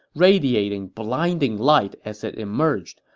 radiating blinding light as it emerged.